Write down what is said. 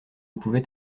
pouvait